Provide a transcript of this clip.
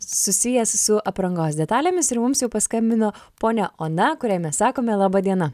susijęs su aprangos detalėmis ir mums jau paskambino ponia ona kuriai mes sakome laba diena